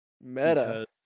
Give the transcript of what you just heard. meta